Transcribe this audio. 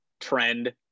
trend